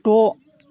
द'